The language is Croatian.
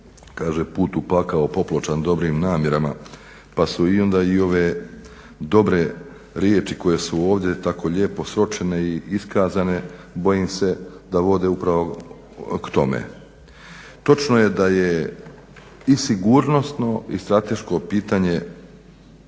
kaže put u pakao popločan dobrim namjerama pa su i onda i ove dobre riječi koje su ovdje tako lijepo sročene i iskazane bojim se da vode upravo k tome. Točno je da je i sigurnosno i strateško pitanje